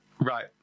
Right